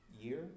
year